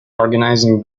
organizing